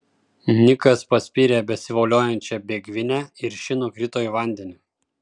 nikas paspyrė besivoliojančią bėgvinę ir ši nukrito į vandenį